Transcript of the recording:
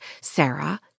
Sarah